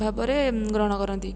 ଭାବରେ ଗ୍ରହଣ କରନ୍ତି